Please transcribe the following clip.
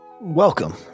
Welcome